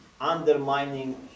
undermining